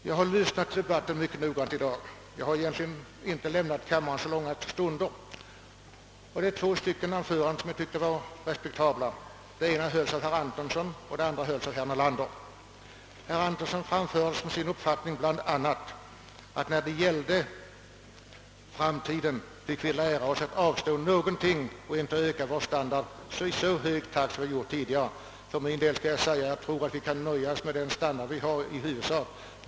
Jag har i dag lyssnat mycket noga på debatten och har inte lämnat kammaren långa stunder. Jag har tyckt att två av de hållna anförandena har varit respektabla; det ena hölls av herr Antonsson och det andra av herr Nelander. Herr Antonsson framhöll såsom sin uppfatt ning bl.a. att vi i framtiden måste lära oss att avstå från något och att inte öka vår standard i så hög takt som tidigare. För 'min del tror jag att vi kan nöja oss med i huvudsak den standard vi har.